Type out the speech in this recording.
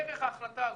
דרך ההחלטה הזאת,